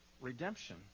redemption